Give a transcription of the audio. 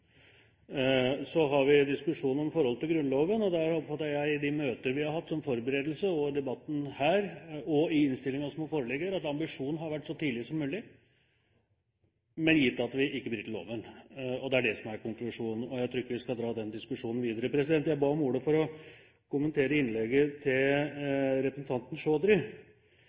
Så har vi diskusjon om forholdet til Grunnloven. Der oppfattet jeg i de møter vi har hatt som forberedelse, i debatten her og i innstillingen som foreligger, at ambisjonen har vært: så tidlig som mulig, gitt at vi ikke bryter loven. Det er det som er konklusjonen, og jeg tror ikke vi skal ta den diskusjonen videre. Jeg ba om ordet for å kommentere innlegget til representanten